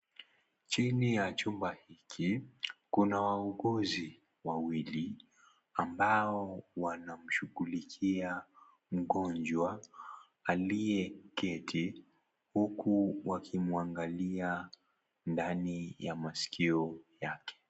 Chini ya chumba hiki, kuna wauguzi wawili ambao wanamshughulikia mgonjwa alie keti huku wakimwangalia ndani ya maskio yake.